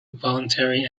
voluntary